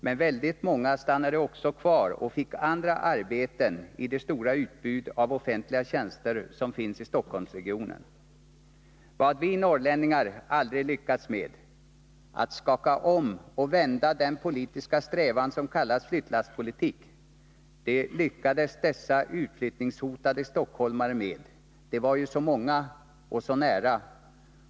Men väldigt många stannade kvar och fick andra arbeten i det stora utbud av offentliga tjänster som finns i Stockholmsregionen. Vad vi norrlänningar aldrig lyckats med, att skaka om och vända den politiska strävan som kallas flyttlasspolitik, det lyckades dessa utflyttningshotade stockholmare med. De var ju så många och så nära.